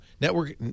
Network